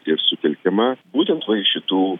ir sutelkiama būtent va iš šitų